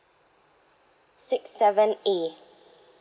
six seven A